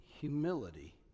humility